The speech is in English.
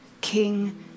King